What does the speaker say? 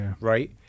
right